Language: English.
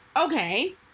Okay